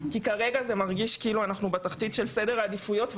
כי כרגע זה מרגיש כאילו שאנחנו בתחתית סדר העדיפויות,